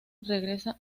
regresa